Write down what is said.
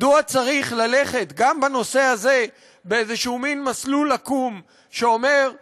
מדוע צריך ללכת גם בנושא הזה באיזה מין מסלול עקום שכאילו אומר: